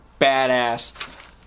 badass